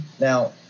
Now